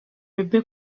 bebe